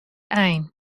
ein